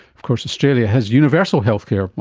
of course australia has universal healthcare,